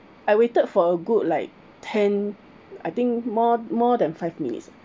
I waited for a good like ten I think more more than five minutes